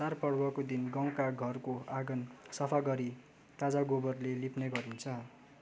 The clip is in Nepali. चाँडपर्वको दिन गाउँका घरको आँगन सफा गरी ताजा गोबरले लिप्ने गरिन्छ